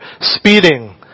speeding